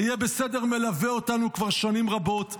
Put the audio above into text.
ה"יהיה בסדר" מלווה אותנו כבר שנים רבות,